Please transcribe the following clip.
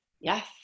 Yes